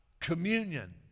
communion